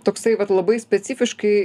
toksai vat labai specifiškai